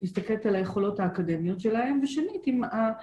מסתכלת על היכולות האקדמיות שלהם, ‫ושנית עם ה...